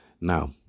Now